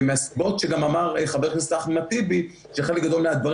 ומהסיבות שגם אמר חבר הכנסת אחמד טיבי שחלק גדול מהדברים